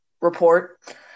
report